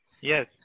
Yes